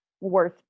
worth